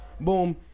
Boom